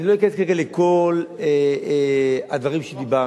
אני לא אכנס כרגע לכל הדברים שדיברת,